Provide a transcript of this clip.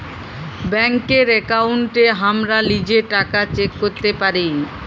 ব্যাংকের একাউন্টে হামরা লিজের টাকা চেক ক্যরতে পারি